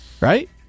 right